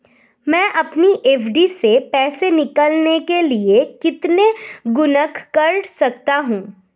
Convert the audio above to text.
मैं अपनी एफ.डी से पैसे निकालने के लिए कितने गुणक कर सकता हूँ?